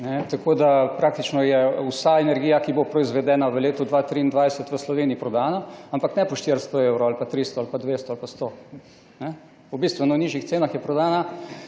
Tako da praktično je vsa energija, ki bo proizvedena v letu 2023 v Sloveniji prodana, ampak ne po 400 evrov ali pa 300 ali pa 200 ali pa 100. Po bistveno nižjih cenah je prodana,